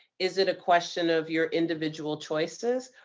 is it a question of your individual choices,